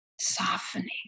softening